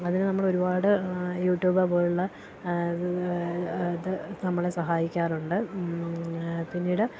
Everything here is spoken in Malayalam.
അതിന് നമ്മൾ ഒരുപാട് യൂട്യൂബ് പോലുള്ള ഇത് നമ്മളെ സഹായിക്കാറുണ്ട് പിന്നീട്